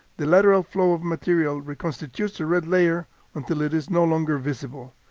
the lateral flow of material reconstitutes the red layer until it is no longer visible.